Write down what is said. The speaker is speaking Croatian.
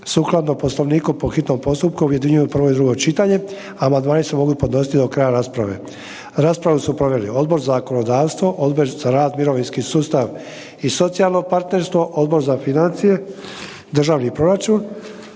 204. Poslovnika hitni postupak objedinjuje prvo i drugo čitanje, a amandmani se mogu podnositi do kraja rasprave. Raspravu su proveli Odbor za zakonodavstvo, Odbor za rad mirovinski sustav i socijalno partnerstvo, Odbor za financije državni proračun,